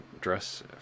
dress